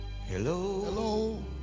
Hello